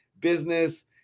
business